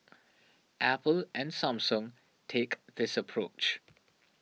Apple and Samsung take this approach